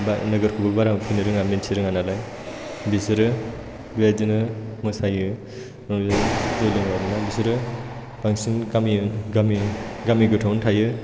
एबा नोगोरफोराव बारा फैनो रोङा मिन्थि रोङा नालाय बिसोरो बेबायदिनो मोसायो जौ लोङो आरोना बिसोरो बांसिन गामि गोथौआवनो थायो